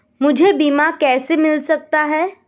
मुझे बीमा कैसे मिल सकता है?